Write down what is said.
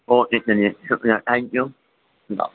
okay چلیے شکریہ thank you اللہ حافظ